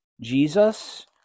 Jesus